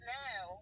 now